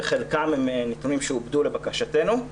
וחלקם הם נתונים שעובדו לבקשתנו.